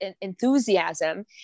enthusiasm